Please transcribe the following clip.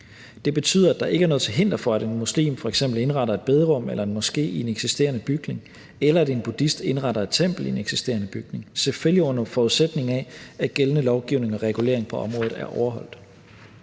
Det betyder, at der ikke er noget til hinder for, at en muslim f.eks. indretter et bederum eller en moské i en eksisterende bygning, eller at en buddhist indretter et tempel i en eksisterende bygning – selvfølgelig under forudsætning af, at gældende lovgivning og regulering på området er overholdt.